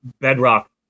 bedrock